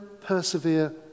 persevere